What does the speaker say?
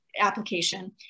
application